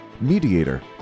mediator